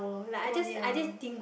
oh dear